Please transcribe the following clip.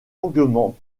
longuement